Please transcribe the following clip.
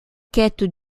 quêtes